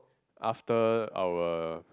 after our